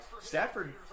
Stafford